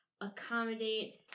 accommodate